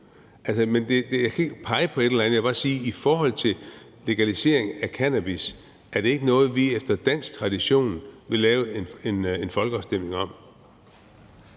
Jeg kan ikke pege på et eller andet, men jeg vil bare sige, at i forhold til legalisering af cannabis er det ikke noget, vi efter dansk tradition vil lave en folkeafstemning om.